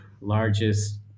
largest